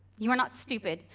you are not stupid.